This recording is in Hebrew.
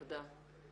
תודה.